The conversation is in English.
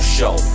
Show